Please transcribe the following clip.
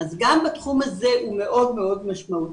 אז גם התחום הזה מאוד משמעותי.